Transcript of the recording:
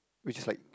which is like